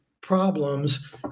problems